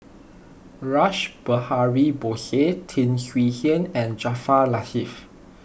Rash Behari Bose Tan Swie Hian and Jaafar Latiff